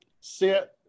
sit